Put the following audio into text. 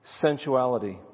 Sensuality